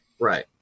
Right